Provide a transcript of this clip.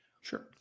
sure